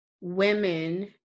women